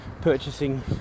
purchasing